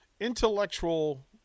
intellectual